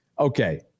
Okay